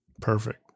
Perfect